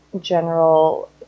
general